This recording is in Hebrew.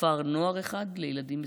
כפר נוער אחד לילדים בסיכון,